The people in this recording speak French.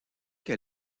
que